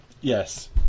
Yes